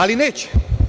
Ali, neće.